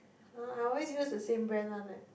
!huh! I always use the same brand one leh